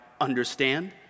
understand